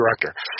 director